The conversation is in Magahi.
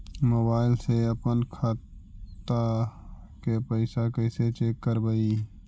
मोबाईल से अपन खाता के पैसा कैसे चेक करबई?